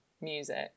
music